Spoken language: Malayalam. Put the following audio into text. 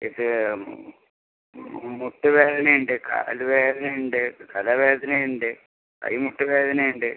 ഇത് മുട്ടു വേദന ഉണ്ട് കാലുവേദന ഉണ്ട് തലവേദന ഉണ്ട് കൈമുട്ട് വേദന ഉണ്ട്